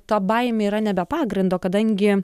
ta baimė yra ne be pagrindo kadangi